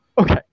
Okay